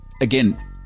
again